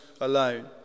alone